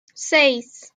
seis